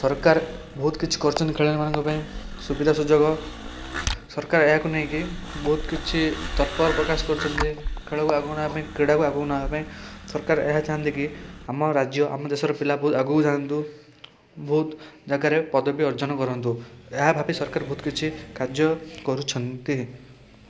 ସରକାର ବହୁତ କିଛି କରିଛନ୍ତି ଖେଳାଳିମାନଙ୍କ ପାଇଁ ସୁବିଧାସୁଯୋଗ ସରକାର ଏହାକୁ ନେଇକି ବହୁତ କିଛି ତର୍କ ପ୍ରକାଶ କରିଛନ୍ତି ଖେଳକୁ ଆଗକୁ ନେବା ପାଇଁ କ୍ରୀଡ଼ାକୁ ଆଗକୁ ନେବା ପାଇଁ ସରକାର ଏହା ଚାହାଁନ୍ତି କି ଆମ ରାଜ୍ୟ ଆମ ଦେଶର ପିଲା ବହୁତ ଆଗକୁ ଯାଆନ୍ତୁ ବହୁତ ଜାଗାରେ ପଦବୀ ଅର୍ଜନ କରନ୍ତୁ ଏହା ଭାବି ସରକାର ବହୁତ କିଛି କାର୍ଯ୍ୟ କରୁଛନ୍ତି